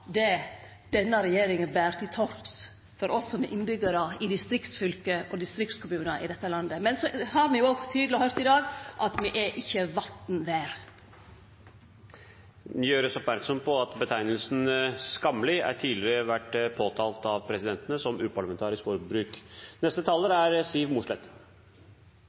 det denne regjeringa ber til torgs for oss som er innbyggjarar i distriktsfylke og distriktskommunar i dette landet. Men så har me jo òg tydeleg høyrt i dag at me er ikkje vatn verd. Det gjøres oppmerksom på at betegnelsen «skammelig» tidligere har vært påtalt av presidentene som uparlamentarisk ordbruk. Senterpartiet er